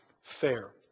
fair